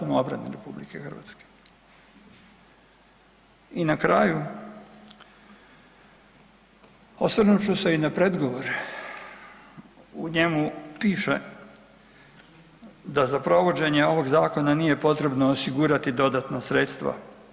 I na kraju, osvrnut ću se i na predgovor, u njemu piše da za provođenje ovog zakona nije potrebno osigurati dodatna sredstva.